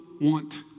want